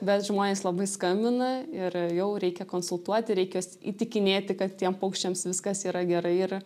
bet žmonės labai skambina ir jau reikia konsultuoti reikia įtikinėti kad tiem paukščiams viskas yra gerai ir